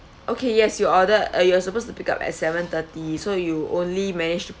okay yes you order uh you are supposed to pick up at seven thirty so you only managed